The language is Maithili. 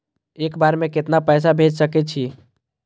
एक बार में केतना पैसा भेज सके छी?